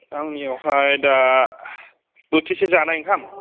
आंनिआवहाय दा बोथिसे जानाय ओंखाम